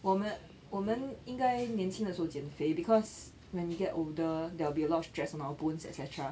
我们我们应该年轻的时候减肥 because when you get older there will be a lot of stress on our bones etcetera